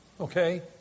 okay